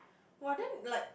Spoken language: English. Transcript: !wow! then like